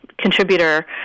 contributor